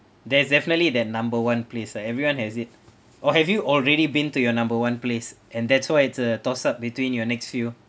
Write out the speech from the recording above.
there's definitely the number one place like everyone has it or have you already been to your number one place and that's why it's a toss up between your next few